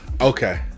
Okay